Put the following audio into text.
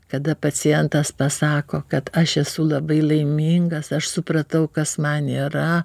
kada pacientas pasako kad aš esu labai laimingas aš supratau kas man yra